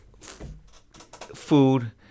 food